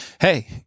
hey